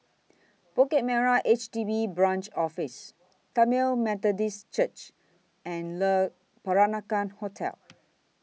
Bukit Merah H D B Branch Office Tamil Methodist Church and Le Peranakan Hotel